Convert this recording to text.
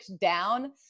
down